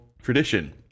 tradition